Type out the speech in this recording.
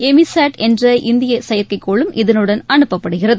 எமிசாட் என்ற இந்தியசெயற்கைக்கோளும் இதனுடன் அனுப்பப்படுகிறது